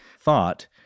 thought